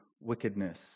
wickedness